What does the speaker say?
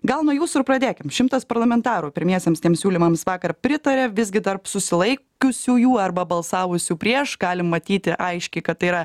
gal nuo jūsų ir pradėkim šimtas parlamentarų pirmiesiems tiems siūlymams vakar pritarė visgi tarp susilaikiusiųjų arba balsavusių prieš galim matyti aiški kad tai yra